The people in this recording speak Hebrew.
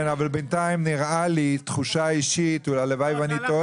כן, אבל בינתיים התחושה האישית הלוואי ואני טועה